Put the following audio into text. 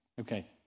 Okay